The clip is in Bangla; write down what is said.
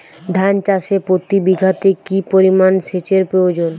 ধান চাষে প্রতি বিঘাতে কি পরিমান সেচের প্রয়োজন?